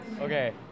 okay